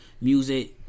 music